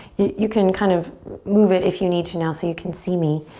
you can kind of move it if you need to now so you can see me.